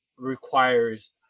requires